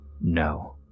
No